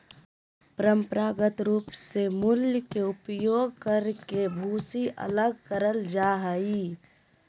परंपरागत रूप से मूसल के उपयोग करके भूसी अलग करल जा हई,